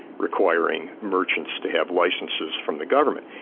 requiring merchants to have licences from the government,